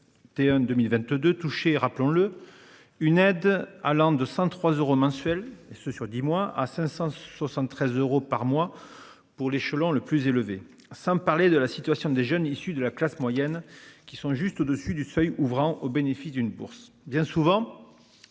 T1 2022 touché rappelons-le une aide allant de 103 euros mensuels et ce sur 10 mois à 573 euros par mois pour l'échelon le plus élevé, sans parler de la situation des jeunes issus de la classe moyenne qui sont juste au-dessus du seuil ouvrant au bénéfice d'une bourse bien souvent.